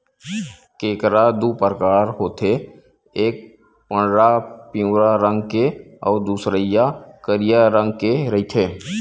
केंकरा दू परकार होथे एक पंडरा पिंवरा रंग के अउ दूसरइया करिया रंग के रहिथे